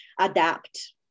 adapt